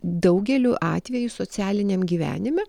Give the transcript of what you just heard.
daugeliu atvejų socialiniam gyvenime